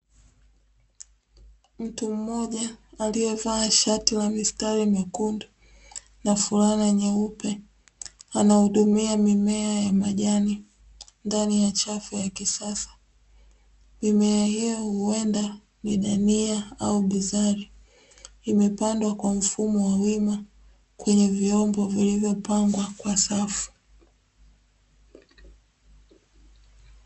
Mtu mmoja aliyevaa shati la mistari mekundu na fulana nyeupe, anahudumia mimea ya majani ndani ya chafu ya kisasa. Mimea hiyo huenda ni bamia au bizari. Imepandwa kwa mfumo wa wima kwenye vyombo vilivyopangwa kwa safu.